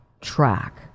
track